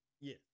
Yes